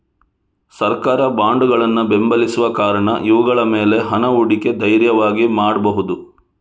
ಸರ್ಕಾರ ಬಾಂಡುಗಳನ್ನ ಬೆಂಬಲಿಸುವ ಕಾರಣ ಇವುಗಳ ಮೇಲೆ ಹಣ ಹೂಡಿಕೆ ಧೈರ್ಯವಾಗಿ ಮಾಡ್ಬಹುದು